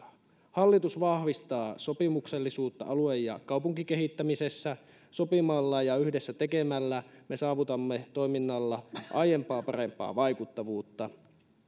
hallitus vahvistaa sopimuksellisuutta alue ja kaupunkikehittämisessä sopimalla ja yhdessä tekemällä me saavutamme toiminnalla aiempaa parempaa vaikuttavuutta